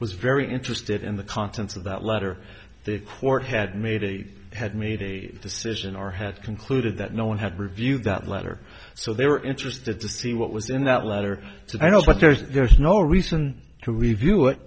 was very interested in the contents of that letter the court had made a had made a decision or had concluded that no one had reviewed that letter so they were interested to see what was in that letter so i know but there's there's no reason to review it